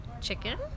chicken